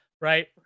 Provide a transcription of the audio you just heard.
Right